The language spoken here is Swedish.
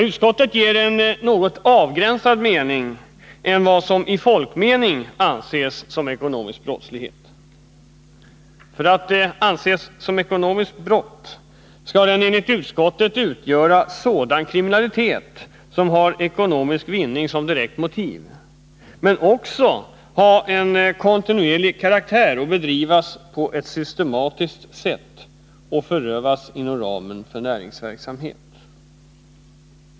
Utskottet ger begreppet en något mer avgränsad mening än vad som i folkmening avses med ekonomisk brottslighet. För att ett förfarande skall betraktas som ekonomiskt brott skall det enligt utskottet röra sig om sådan kriminalitet som har ekonomisk vinning som direkt motiv, men brottet skall också ha en kontinuerlig karaktär och bedrivas på ett systematiskt sätt samt förövas inom ramen för näringsverksamhet.